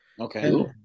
Okay